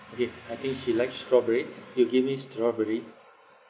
okay I think she likes strawberry you give me strawberry